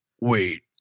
Wait